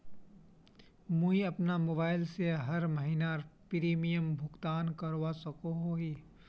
मुई अपना मोबाईल से हर महीनार प्रीमियम भुगतान करवा सकोहो ही?